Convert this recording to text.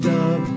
Dub